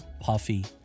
Puffy